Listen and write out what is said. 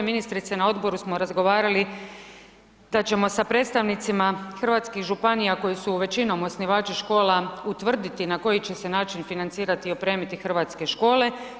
Ministrice, na odboru smo razgovarali da ćemo sa predstavnicima hrvatskih županija koje su većinom osnivači škola utvrditi na koji će se način financirati i opremiti hrvatske škole.